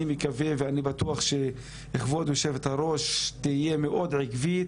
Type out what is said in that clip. אני מקווה ואני בטוח שכבוד היו"ר תהיה מאוד עקבית,